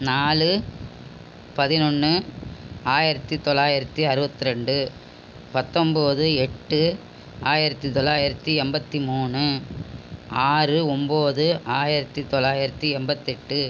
நாலு பதினொன்று ஆயிரத்து தொள்ளாயிரத்தி அறுபத்திரெண்டு பத்தொம்பது எட்டு ஆயிரத்து தொள்ளாயிரத்தி எண்பத்தி மூணு ஆறு ஒம்பது ஆயிரத்து தொள்ளாயிரத்தி எண்பத்தெட்டு